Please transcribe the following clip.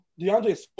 DeAndre